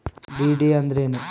DD ಅಂದ್ರೇನು?